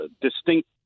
distinct